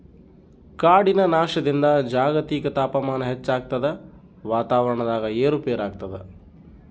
ಕಾಡಿನ ನಾಶದಿಂದ ಜಾಗತಿಕ ತಾಪಮಾನ ಹೆಚ್ಚಾಗ್ತದ ವಾತಾವರಣದಾಗ ಏರು ಪೇರಾಗ್ತದ